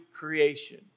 creation